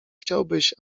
chciałbyś